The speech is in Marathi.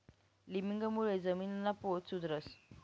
लिमिंगमुळे जमीनना पोत सुधरस